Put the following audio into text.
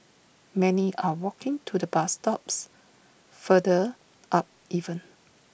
many are walking to the bus stops further up even